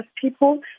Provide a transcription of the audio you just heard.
people